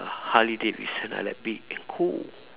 Harley Davidson I like big and cool